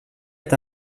est